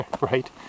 right